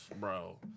bro